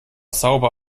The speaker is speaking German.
sauber